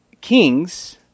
kings